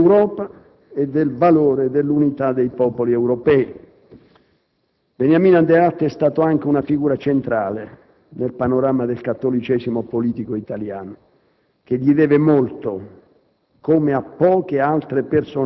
e convinto sostenitore dell'Europa e del valore dell'unità dei popoli europei. Beniamino Andreatta è stato anche una figura centrale nel panorama del cattolicesimo politico italiano che gli deve molto,